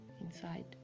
inside